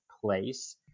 place